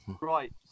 right